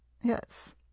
yes